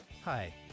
hi